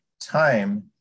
time